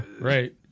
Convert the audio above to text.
Right